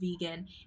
vegan